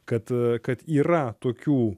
kad kad yra tokių